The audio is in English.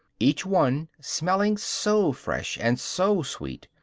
each one, smelling so fresh and so sweet,